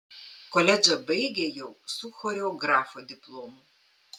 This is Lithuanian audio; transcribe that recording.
koledžą baigė jau su choreografo diplomu